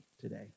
today